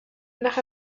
nach